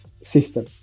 system